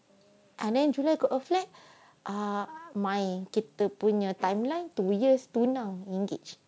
and then july got a flat ah my kita punya timeline two years tu nak engage